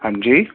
ہاں جی